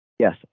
Yes